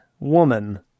Woman